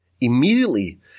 Immediately